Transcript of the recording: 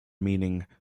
meaning